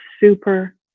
super